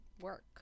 work